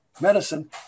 Medicine